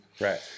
Right